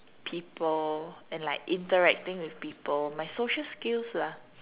people and like interacting with people my social skills lah